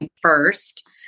first